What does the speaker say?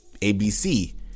ABC